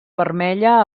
vermella